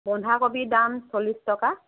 বন্ধাকবিৰ দাম চল্লিশ টকা